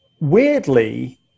weirdly